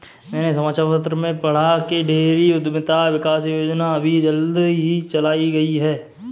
मैंने समाचार पत्र में पढ़ा की डेयरी उधमिता विकास योजना अभी जल्दी चलाई गई है